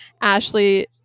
Ashley